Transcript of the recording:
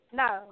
no